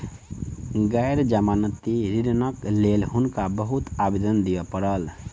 गैर जमानती ऋणक लेल हुनका बहुत आवेदन दिअ पड़ल